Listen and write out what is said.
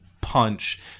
punch